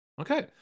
Okay